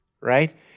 right